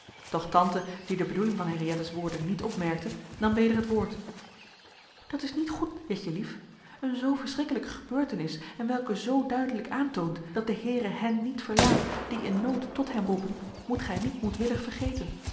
doch tante die de bedoeling van henriëttes woorden niet opmerkte nam weder het woord dat is niet goed jetje lief een zoo verschrikkelijke gebeurtenis en welke zoo duidelijk aantoont dat de heere hen niet verlaat die in nood tot hem roepen moet gij niet moedwillig vergeten